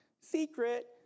Secret